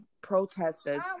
protesters